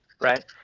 right